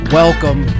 welcome